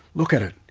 look at it,